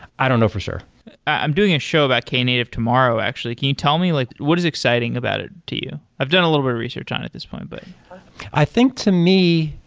i don't know for sure i'm doing a show about knative tomorrow, actually. can you tell me, like what is exciting about it to you? i've done a little bit of research on at this point, but i think to me,